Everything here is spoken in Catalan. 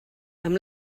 amb